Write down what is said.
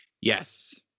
Yes